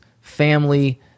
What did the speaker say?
family